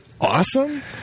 awesome